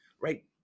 right